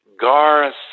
Garth